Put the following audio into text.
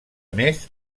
més